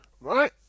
Right